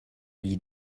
lit